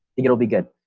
it'll be good.